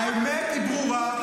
-- האמת היא ברורה,